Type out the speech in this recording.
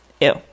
Ew